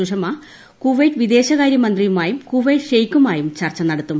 Sushma Kuwait വിദേശകാരൃ മന്ത്രിയുമായും Kuwait ഷെയ്ക്കുമായും ചർച്ച നടത്തും